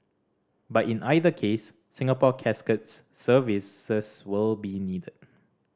but in either case Singapore Casket's services will be needed